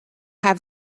have